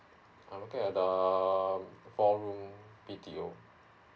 I'm looking at err four room B T O